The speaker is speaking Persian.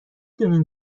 دونین